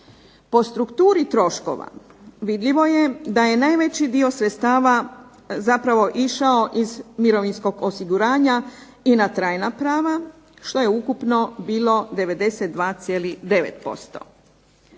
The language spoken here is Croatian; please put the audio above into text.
Po strukturi troškova vidljivo je da je najveći dio sredstava zapravo išao iz mirovinskog osiguranja i na trajna prava, što je ukupno bilo 92,9%.